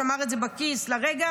הוא שמר את זה בכיס לרגע.